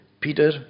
Peter